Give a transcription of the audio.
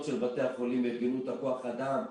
של בתי החולים ארגנו את כוח האדם,